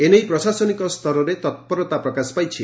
ଏ ନେଇ ପ୍ରଶାସନିକ ସ୍ତରରେ ତପିରତା ପ୍ରକାଶ ପାଇଛି